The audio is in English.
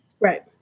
Right